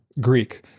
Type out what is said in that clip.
greek